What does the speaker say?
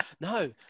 no